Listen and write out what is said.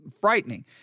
frightening